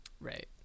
Right